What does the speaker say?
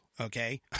okay